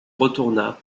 retourna